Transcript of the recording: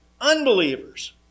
unbelievers